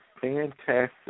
fantastic